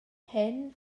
hyn